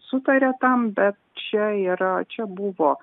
sutaria tam bet čia yra čia buvo